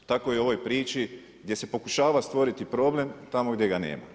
Tako i u ovoj priči gdje se pokušava stvoriti problem tamo gdje ga nema.